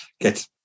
get